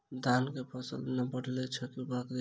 धान कऽ फसल नै बढ़य छै केँ उर्वरक देबै?